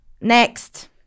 Next